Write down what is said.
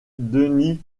denny